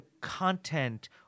content